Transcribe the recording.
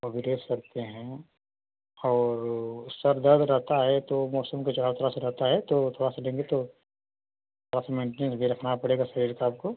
वो भी ले सकते हैं और ओ सिर दर्द रहता है तो मौसम के चढ़ाव उतराव से रहता है तो थोड़ा सा लेंगे तो थोड़ा सा मेन्टेन करके रखना पड़ेगा शरीर का आपको